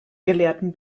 gelehrten